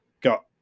got